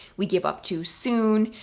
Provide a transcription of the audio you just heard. we give up too soon.